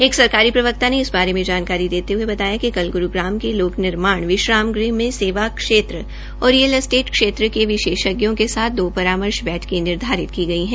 एक सरकारी प्रवक्ता ने इस बारे में जानकारी देते हये बताया कि कल ग्रूग्राम के लोक निर्माण विश्राम गृह मे सेवा क्षेत्र और रियल एस्टेट क्षेत्र के विशेषज्ञों के साथ साथ परामर्श बैठके निर्धारित की गई है